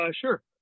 Sure